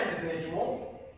individual